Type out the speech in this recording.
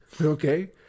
okay